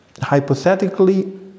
Hypothetically